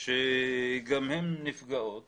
שגם הן נפגעות